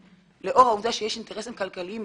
לאור העובדה שיש אינטרסים כלכליים,